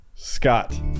Scott